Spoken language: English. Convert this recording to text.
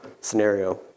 scenario